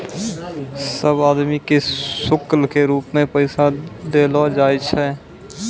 सब आदमी के शुल्क के रूप मे पैसा देलो जाय छै